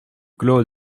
clos